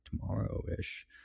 tomorrow-ish